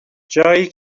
جایی